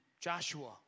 Joshua